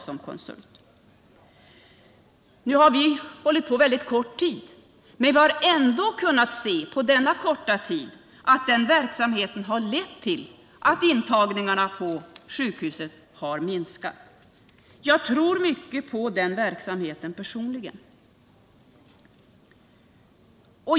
Under den korta tid som gått sedan vi började med denna omorganisation har vi kunnat se att verksamheten lett till att antalet intagna på sjukhusen har minskat. Jag tror mycket på denna verksamhet.